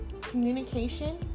communication